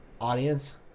Audience